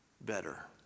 better